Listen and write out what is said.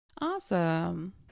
Awesome